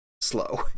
slow